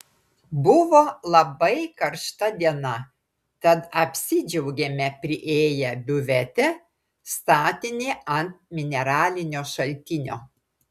buvo labai karšta diena tad apsidžiaugėme priėję biuvetę statinį ant mineralinio šaltinio